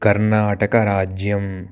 कर्नाटकराज्यं